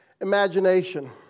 imagination